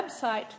website